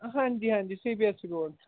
ਹਾਂਜੀ ਹਾਂਜੀ C B S C board